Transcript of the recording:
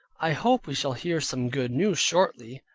i hope we shall hear some good news shortly.